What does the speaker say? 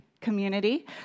community